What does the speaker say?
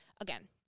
again